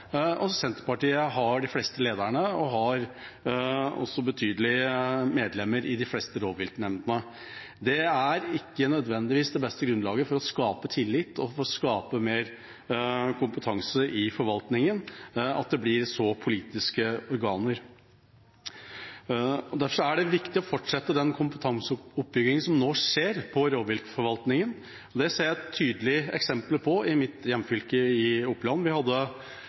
hvor Senterpartiet har de fleste lederne, og de har et betydelig medlemsantall i de fleste rovviltnemndene. Det at det blir så politiske organer, er ikke nødvendigvis det beste grunnlaget for å skape tillit og mer kompetanse i forvaltningen. Derfor er det viktig å fortsette den kompetanseoppbyggingen som nå skjer innenfor rovviltforvaltningen. Det ser jeg tydelige eksempler på i mitt hjemfylke Oppland. Vi hadde